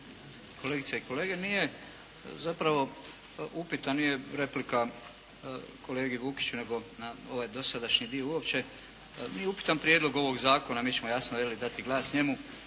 kolegice i kolege! Nije zapravo upit, on je replika kolegi Vukića na ovaj dosadašnji dio uopće. Nije upitan prijedlog ovog zakona. Mi ćemo jasno dati glas njemu.